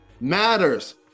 matters